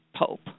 pope